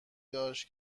داشت